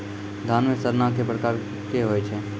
धान म सड़ना कै प्रकार के होय छै?